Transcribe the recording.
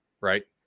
right